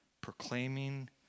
proclaiming